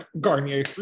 Garnier